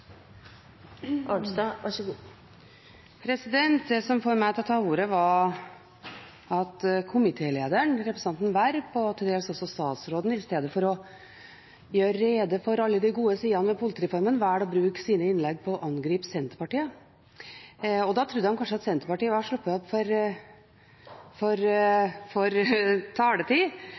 Werp og til dels også statsråden istedenfor å gjøre rede for alle de gode sidene ved politireformen velger å bruke sine innlegg på å angripe Senterpartiet. Da trodde de kanskje at Senterpartiet hadde sluppet opp for taletid, men det har vi jo ikke! Representanten Werp var oppe her og snakket om at Senterpartiet ikke vil ha noen form for